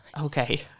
Okay